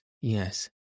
yes